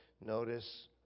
Notice